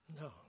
No